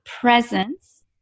presence